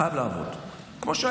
אתה חייב לעבוד,